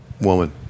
woman